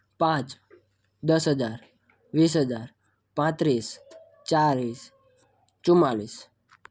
પાંચ દસ હજાર વીસ હજાર પાંત્રીસ ચાળીસ ચુમ્માળીસ